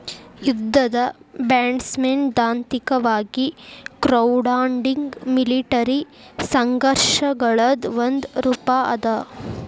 ಯುದ್ಧದ ಬಾಂಡ್ಸೈದ್ಧಾಂತಿಕವಾಗಿ crowdfunding military ಸಂಘರ್ಷಗಳದ್ ಒಂದ ರೂಪಾ ಅದ